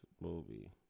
movie